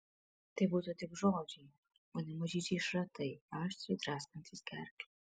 tai būtų tik žodžiai o ne mažyčiai šratai aštriai draskantys gerklę